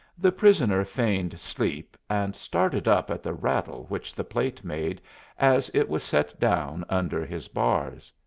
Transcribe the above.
the prisoner feigned sleep, and started up at the rattle which the plate made as it was set down under his bars.